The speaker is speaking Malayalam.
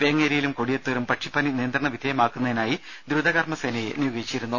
വേങ്ങേരിയിലും കൊടിയത്തൂരും പക്ഷിപ്പനി നിയന്ത്രണവിധേയ മാക്കുന്നതിനായി ദ്രുതകർമ്മസേനയെ നിയോഗിച്ചിരുന്നു